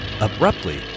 Abruptly